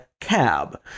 cab